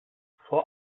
vor